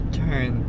turn